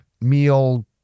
meal